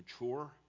mature